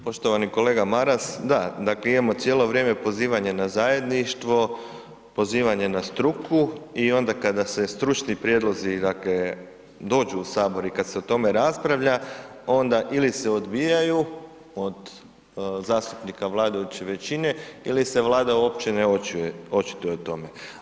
Poštovani kolega Maras, da dakle imamo cijelo vrijeme pozivanje na zajedništvo, pozivanje na struku i onda kada se stručni prijedlozi dakle dođu u sabor i kad se o tome raspravlja onda ili se odbijaju od zastupnika vladajuće većine ili se Vlada uopće ne očituje o tome.